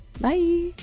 bye